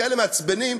כאלה מעצבנים,